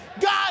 God